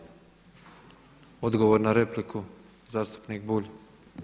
Odgovor na repliku zastupnik Bulj.